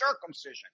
circumcision